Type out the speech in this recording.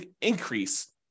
increase